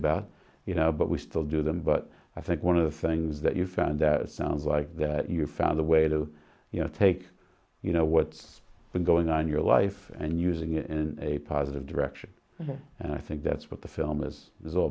about you know but we still do them but i think one of the things that you found that sounds like that you found a way to you know take you know what's going on in your life and using it in a positive direction and i think that's what the film is is all